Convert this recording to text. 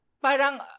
Parang